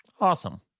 Awesome